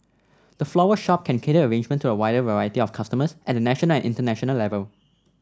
the floral shop can cater arrangement to a wider variety of customers at a national and international level